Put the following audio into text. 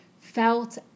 felt